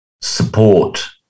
support